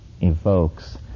evokes